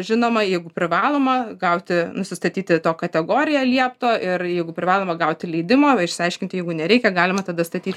žinoma jeigu privaloma gauti nusistatyti to kategoriją liepto ir jeigu privaloma gauti leidimą išsiaiškinti jeigu nereikia galima tada statyt